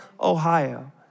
Ohio